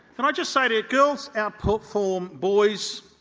and i just say to you, girls outperform boys,